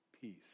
peace